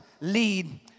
lead